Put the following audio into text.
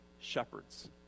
shepherds